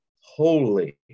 holy